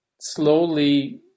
slowly